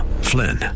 Flynn